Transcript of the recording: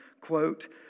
quote